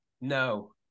No